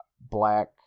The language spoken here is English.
black